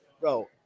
Bro